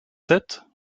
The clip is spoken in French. sept